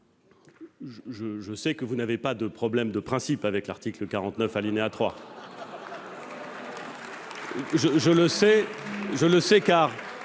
Je sais que vous n'avez pas de problème de principe avec l'article 49, alinéa 3 de la